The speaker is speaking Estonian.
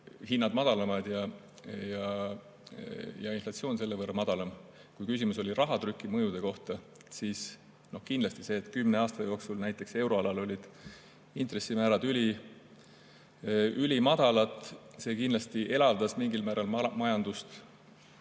hinnad madalamad ja inflatsioon selle võrra madalam. Kui küsimus oli rahatrüki mõju kohta, siis kindlasti kümne aasta jooksul näiteks euroalal olid intressimäärad ülimadalad. Kindlasti see elavdas mingil määral majandust